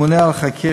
ממונה על החקירה,